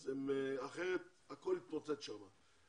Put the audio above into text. אז אחרת הכל יתפוצץ שם.